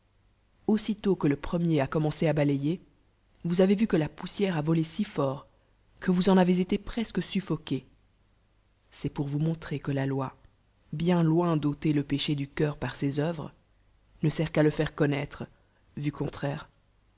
aussitôt que le premier a commencé à balayer vous avez vu que la pouesière a volé ù cort que vous eu avez élé presque suffoqué c'est pour vous motltrer que la loi bien loin d'ôtel'le péché ducœurparsesœuvces ne ertqn'àle faire codnoître vu contraire